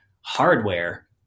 Hardware